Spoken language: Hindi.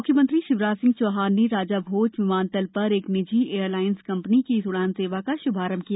म्ख्यमंत्री शिवराज सिंह चौहान ने राजा भोज विमानतल पर एक निजी एयरलाइन्स कंपनी की इस उड़ान सेवा का श्भारम्भ किया